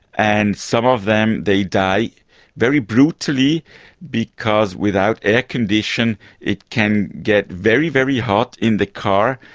and some of them they die very brutally because without air-conditioning it can get very, very hot in the car.